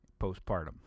postpartum